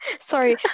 Sorry